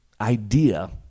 idea